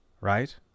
right